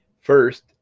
First